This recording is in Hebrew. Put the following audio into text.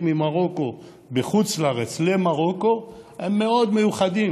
ממרוקו בחוץ-לארץ למרוקו הם מאוד מיוחדים.